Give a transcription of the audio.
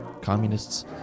communists